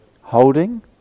Holding